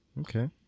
Okay